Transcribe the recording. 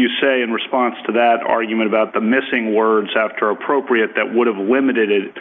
you say in response to that argument about the missing words after appropriate that would have limited it